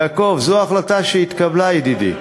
יעקב, זו ההחלטה שהתקבלה, ידידי.